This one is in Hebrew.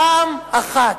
פעם אחת.